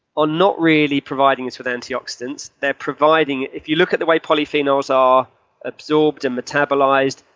are not really providing us with antioxidants. they're providing, if you look at the way polyphenols are absorbed and metabolized,